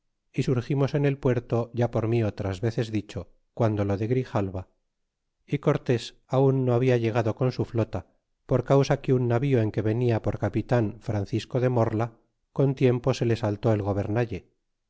y surgimos en el puerto ya por mí otras veces dicho guando lo de grijalva y cortés aun no habia llegado con su flota por causa que un navío en que venia por capitan francisco de morla con tiempo se le saltó el gobernalle